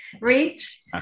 reach